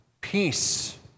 peace